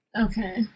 Okay